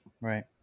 Right